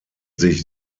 sich